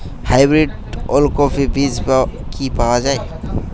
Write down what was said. Hybrid ওলকফি বীজ কি পাওয়া য়ায়?